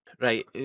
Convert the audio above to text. Right